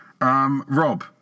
Rob